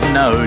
no